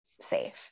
safe